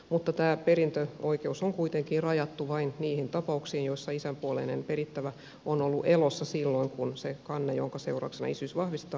mutta tämä perintöoikeus on kuitenkin rajattu vain niihin tapauksiin joissa isän puoleinen perittävä on ollut elossa silloin kun se kanne jonka seurauksena isyys vahvistetaan on laitettu vireille